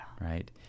Right